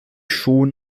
schon